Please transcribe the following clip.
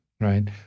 right